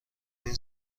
این